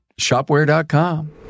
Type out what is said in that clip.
shopware.com